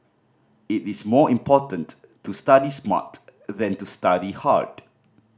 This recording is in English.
it is more important to study smart than to study hard